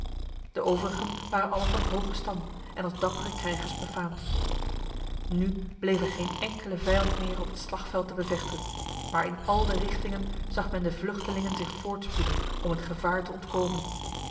de overigen waren allen van hoge stam en als dappere krijgers befaamd nu bleef er geen enkele vijand meer op het slagveld te bevechten maar in al de richtingen zag men de vluchtelingen zich voortspoeden om het gevaar te ontkomen